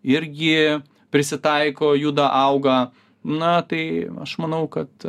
irgi prisitaiko juda auga na tai aš manau kad